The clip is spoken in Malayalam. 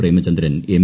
പ്രേമചന്ദ്രൻ എം